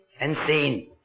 insane